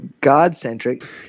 God-centric